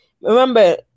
Remember